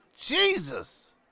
Jesus